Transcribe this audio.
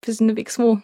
fizinių veiksmų